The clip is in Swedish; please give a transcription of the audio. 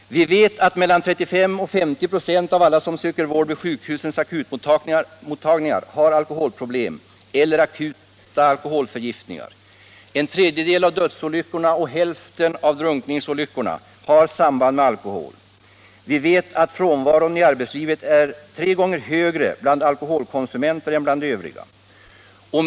Vi vet att mellan 35 och 50 96 av alla som söker vård vid sjukhusens akutmottagningar har alkoholproblem eller akuta alkoholförgiftningar. En tredjedel av dödsolyckorna och hälften av drunkningsolyckorna har samband med alkohol. Vi vet att frånvaron i arbetslivet är tre gånger högre bland alkoholkonsumenter än bland övriga.